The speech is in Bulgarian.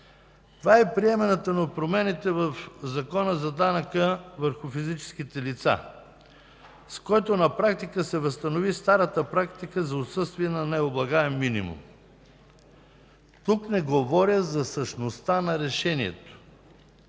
Това е приемането на промените в Закона за данъка върху физическите лица, с който на практика се възстанови старата практика за отсъствие на необлагаем минимум. Тук не говоря за същността на решението.